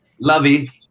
lovey